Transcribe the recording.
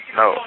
no